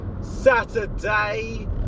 Saturday